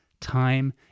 time